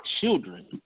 children